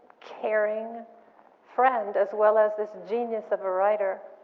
caring friend as well as this genius of a writer,